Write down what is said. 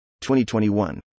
2021